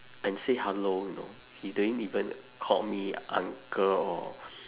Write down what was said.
and say hello you know he didn't even called me uncle or